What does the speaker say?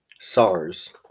SARS